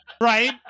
Right